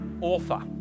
author